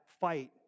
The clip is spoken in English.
fight